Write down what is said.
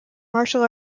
martial